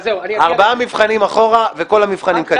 ארבעה מבחנים אחורה וכל המבחנים קדימה.